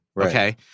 Okay